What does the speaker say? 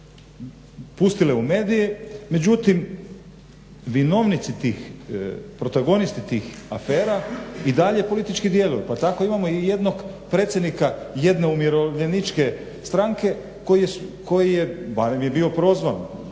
pustile u medije međutim vinovnici tih, protagonisti tih afera i dalje politički djeluju pa tako imamo i jednog predsjednika jedne umirovljeničke stranke koji je, barem je bio prozvan